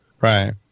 Right